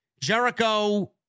Jericho